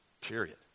period